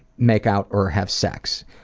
make out or have sex.